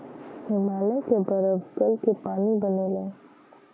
हिमालय के बरफ गल क पानी बनेला